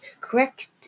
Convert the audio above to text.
correct